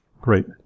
great